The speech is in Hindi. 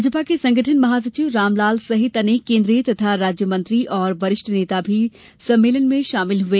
भाजपा के संगठन महासचिव रामलाल सहित अनेक केन्द्रीय तथा राज्य मंत्री और वरिष्ठ नेता भी सम्मेलन में शामिल हुए